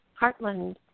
Heartland